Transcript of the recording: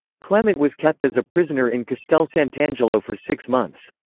clement was kept as a prisoner in castel sant'angelo for six months.